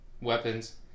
weapons